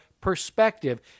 perspective